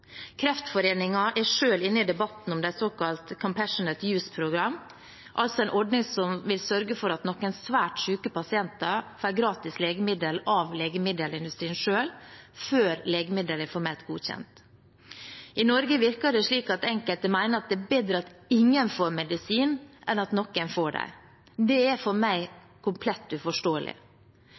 er selv inne i debatten om såkalte «compassionate use»-program, altså en ordning som vil sørge for at noen svært syke pasienter får gratis legemiddel av legemiddelindustrien selv, før legemiddelet er formelt godkjent. I Norge virker det som om enkelte mener det er bedre at ingen får medisin enn at noen får det. Det er for meg komplett uforståelig.